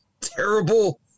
terrible